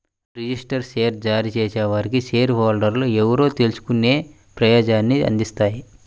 registered share జారీ చేసేవారికి share హోల్డర్లు ఎవరో తెలుసుకునే ప్రయోజనాన్ని అందిస్తాయి